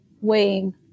weighing